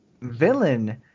villain